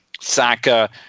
Saka